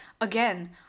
again